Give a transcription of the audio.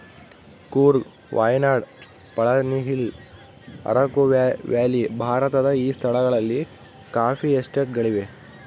Coorg Wayanad Palani Hills Araku Valley ಭಾರತದ ಈ ಸ್ಥಳಗಳಲ್ಲಿ ಕಾಫಿ ಎಸ್ಟೇಟ್ ಗಳಿವೆ